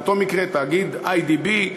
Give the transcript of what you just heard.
באותו מקרה תאגיד "איי.די.בי",